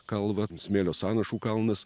kalva smėlio sąnašų kalnas